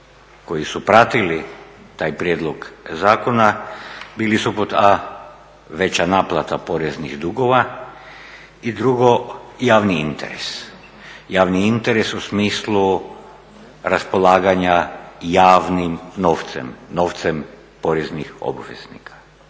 koji su pratili taj prijedlog zakona bili su pod a) veća naplata poreznih dugova i drugo javni interes. Javni interes u smislu raspolaganja javnim novcem, novcem poreznih obveznika.